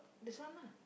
this one lah